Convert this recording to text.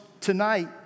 tonight